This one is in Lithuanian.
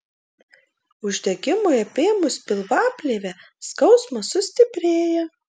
uždegimui apėmus pilvaplėvę skausmas sustiprėja